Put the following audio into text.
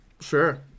Sure